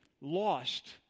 lost